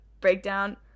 breakdown